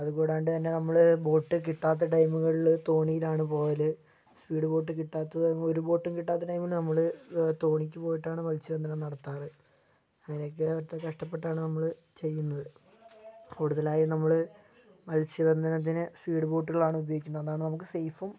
അതുകൂടാണ്ട് തന്നെ നമ്മൾ ബോട്ട് കിട്ടാത്ത ടൈമുകളിൽ തോണിയിലാണ് പോകല് സ്പീഡ് ബോട്ട് കിട്ടാത്ത ഒരു ബോട്ടും കിട്ടാത്ത ടൈമിൽ നമ്മൾ തോണിക്ക് പോയിട്ടാണ് മത്സ്യബന്ധനം നടത്താറ് അങ്ങനെയൊക്കെ ഒറ്റ കഷ്ടപ്പെട്ടാണ് നമ്മൾ ചെയ്യുന്നത് കൂടുതലായി നമ്മൾ മത്സ്യ ബന്ധനത്തിന് സ്പീഡ് ബോട്ടുകളാണ് ഉപയോഗിക്കുന്നത് അതാണ് നമുക്ക് സേഫും